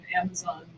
Amazon